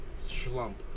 slump